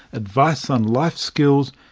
advice on life skills,